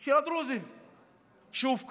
של הדרוזים שהופקעה